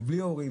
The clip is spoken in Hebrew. או בלי ההורים,